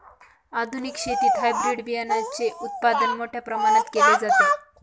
आधुनिक शेतीत हायब्रिड बियाणाचे उत्पादन मोठ्या प्रमाणात केले जाते